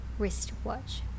wristwatch